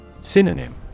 Synonym